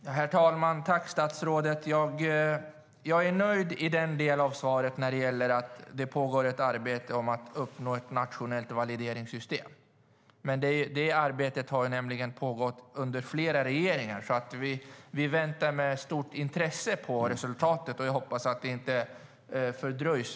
Herr talman! Tack, statsrådet! Jag är nöjd i den delen av svaret där det sägs att det pågår ett arbete för att uppnå ett nationellt valideringssystem. Det arbetet har pågått under flera regeringar. Vi väntar med stort intresse på resultatet, och jag hoppas att det inte fördröjs.